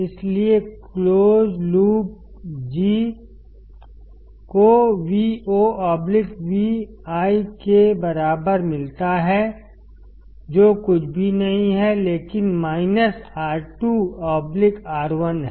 इसलिए close loop G को Vo Vi के बराबर मिलता है जो कुछ भी नहीं है लेकिन माइनस R2 R1 है